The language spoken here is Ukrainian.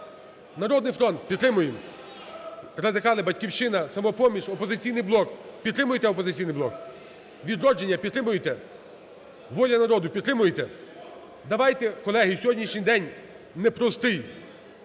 "Народний фронт", підтримуємо? Радикали, "Батьківщина", "Самопоміч", "Опозиційний блок". Підтримуєте, "Опозиційний блок"? "Відродження", підтримуєте? "Воля народу", підтримуєте? Давайте, колеги, сьогоднішній день непростий,